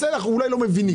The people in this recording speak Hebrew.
אולי אנחנו לא מבינים.